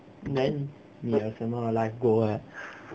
then 你有什么 life goal leh